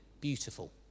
beautiful